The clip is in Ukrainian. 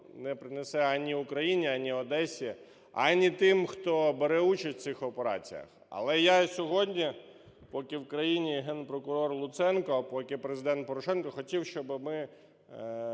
не принесе ані Україні, ані Одесі, ані тим, хто бере участь в цих операціях. Але я сьогодні, поки в країні Генпрокурор Луценко і поки Президент Порошенко, хотів, щоб ми